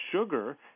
sugar